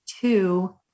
Two